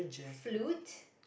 flute